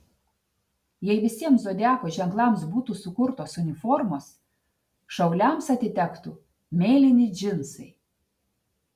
jei visiems zodiako ženklams būtų sukurtos uniformos šauliams atitektų mėlyni džinsai